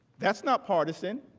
that's not partisan.